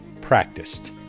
practiced